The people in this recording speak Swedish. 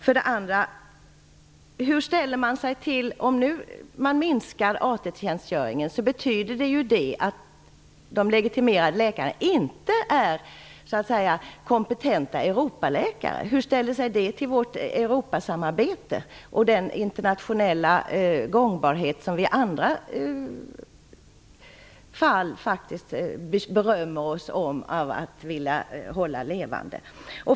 För det andra: Om man nu minskar AT tjänstgöringen så betyder det att de legitimerade läkarna så att säga inte blir kompetenta Europaläkare. Hur går det ihop med vårt Europasamarbete och den internationella gångbarhet som vi i andra fall faktiskt berömmer oss för att vilja hålla levande?